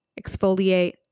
exfoliate